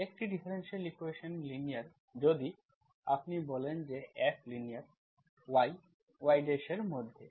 একটি differential equation linear যদি আপনি বলেন যে F লিনিয়ার yyএর মধ্যে